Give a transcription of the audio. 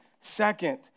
Second